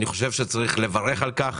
אני חושב שצריך לברך על כך.